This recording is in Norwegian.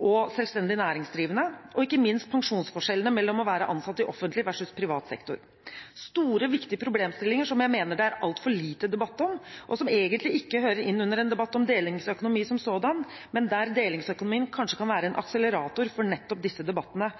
og selvstendig næringsdrivende, og ikke minst pensjonsforskjellene mellom å være ansatt i offentlig versus i privat sektor. Dette er store, viktige problemstillinger som jeg mener det er altfor lite debatt om, og som egentlig ikke hører inn under en debatt om delingsøkonomi som sådan, men der delingsøkonomien kanskje kan være en akselerator for nettopp disse debattene.